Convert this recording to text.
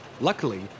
Luckily